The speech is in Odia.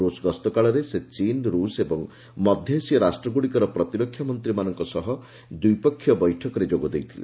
ରୁଷ୍ ଗସ୍ତକାଳରେ ସେ ଚୀନ୍ ରୁଷ୍ ଏବଂ ମଧ୍ୟ ଏସୀୟ ରାଷ୍ଟ୍ରଗୁଡ଼ିକର ପ୍ରତିରକ୍ଷା ମନ୍ତ୍ରୀମାନଙ୍କ ସହ ଦ୍ୱିପକ୍ଷୀୟ ବୈଠକରେ ଯୋଗ ଦେଇଥିଲେ